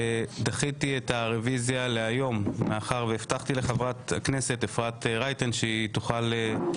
דחיתי את הרביזיה להיום מאחר והבטחתי לחברת הכנסת אפרת רייטן לנמק.